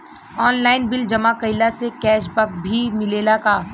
Online bill जमा कईला से कैश बक भी मिलेला की?